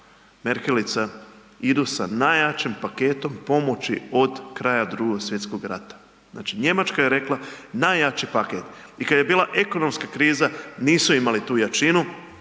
Merkelica, idu sa najjačim paketom pomoći od kraja Drugog svjetskog rata, znači Njemačka je rekla najjači paket. I kada je bila ekonomska kriza nisu imali tu jačinu